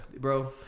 Bro